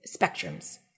spectrums